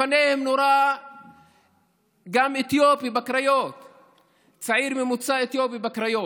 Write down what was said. לפניהם נורה גם צעיר ממוצא אתיופי בקריות,